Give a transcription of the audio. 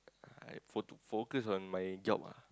I fo~ focus on my job ah